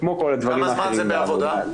וכמו כל הדברים האחרים בעבודה גם